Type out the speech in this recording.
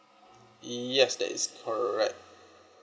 yes that is correct